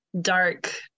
dark